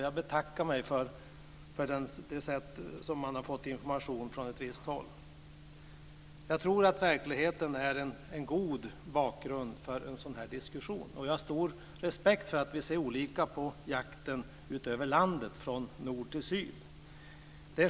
Jag betackar mig för det sätt på vilket man fått information från visst håll. I stället tror jag att verkligheten är en god bakgrund för en sådan här diskussion. Jag har dock stor respekt för att vi ser olika på jakten i landet, från nord till syd.